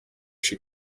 she